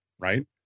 Right